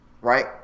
Right